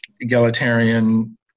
egalitarian